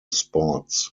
sports